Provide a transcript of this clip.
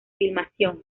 filmación